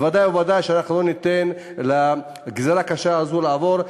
ודאי וודאי שאנחנו לא ניתן לגזירה הקשה הזאת לעבור.